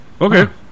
Okay